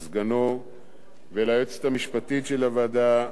וליועצת המשפטית של הוועדה עורכת-הדין